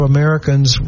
Americans